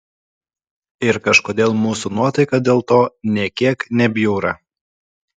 ir kažkodėl mūsų nuotaika dėl to nė kiek nebjūra